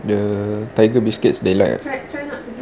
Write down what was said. the tiger biscuits they like ah